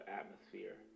atmosphere